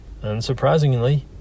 Unsurprisingly